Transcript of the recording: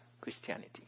Christianity